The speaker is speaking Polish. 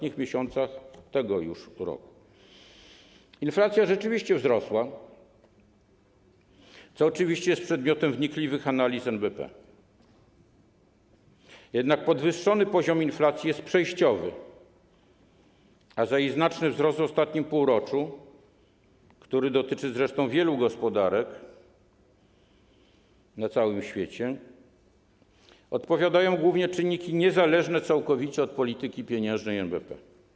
Inflacja rzeczywiście wzrosła, co oczywiście jest przedmiotem wnikliwych analiz NBP, jednak podwyższony poziom inflacji jest przejściowy, a za jej znaczny wzrost w ostatnim półroczu, który odnosi się zresztą do wielu gospodarek na całym świecie, odpowiadają głównie czynniki niezależne całkowicie od polityki pieniężnej NBP.